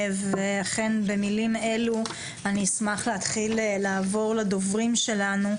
ואכן במלים אלו אני אשמח להתחיל לעבור לדוברים שלנו,